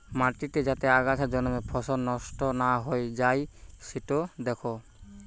মাটিতে যাতে আগাছা জন্মে ফসল নষ্ট না হৈ যাই সিটো দ্যাখা